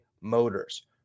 Motors